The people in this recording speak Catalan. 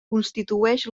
constitueix